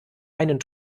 einen